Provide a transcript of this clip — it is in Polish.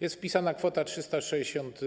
Jest wpisana kwota 360